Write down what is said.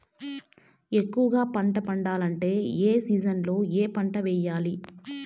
ఎక్కువగా పంట పండాలంటే ఏ సీజన్లలో ఏ పంట వేయాలి